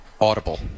audible